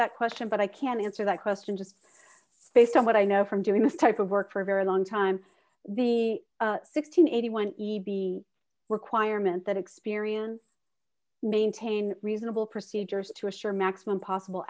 that question but i can answer that question just based on what i know from doing this type of work for a very long time the six hundred and eighty when the requirement that experience maintain reasonable procedures to assure maximum possible